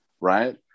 Right